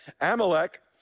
Amalek